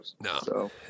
No